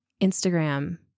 Instagram